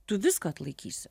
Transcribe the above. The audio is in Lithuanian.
tu viską atlaikysi